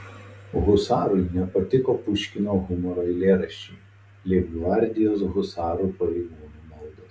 husarui nepatiko puškino humoro eilėraščiai leibgvardijos husarų pareigūnų maldos